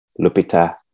Lupita